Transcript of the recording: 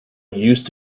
used